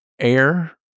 air